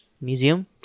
museum